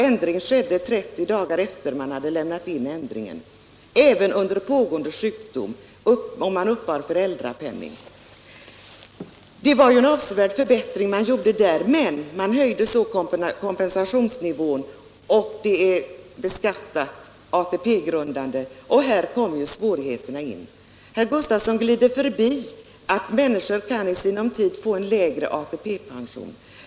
Ändringen införs 30 dagar efter att man lämnat in anmälan, även under pågående sjukdom eller om man har föräldrapenning. Det var en avsevärd förbättring. Men så höjde man kompensationsnivån och gjorde den beskattningsbar och ATP-grundande. Här kommer svårigheterna in. Herr Gustavsson glider förbi att människorna i sinom tid kan få lägre ATP-pension.